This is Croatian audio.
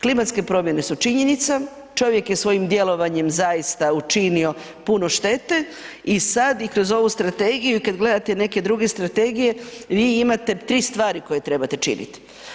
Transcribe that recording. Klimatske promjene su činjenica, čovjek je svojim djelovanjem zaista učinio puno štete i sad i kroz ovu Strategiju i kad gledate neke druge strategije, vi imate 3 stvari koje trebate činiti.